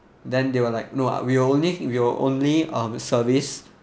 then they were like no we only will only um service